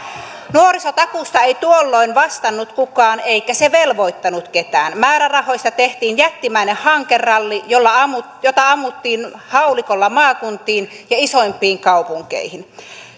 nuorisotakuusta ei tuolloin vastannut kukaan eikä se velvoittanut ketään määrärahoista tehtiin jättimäinen hankeralli jota ammuttiin jota ammuttiin haulikolla maakuntiin ja isoimpiin kaupunkeihin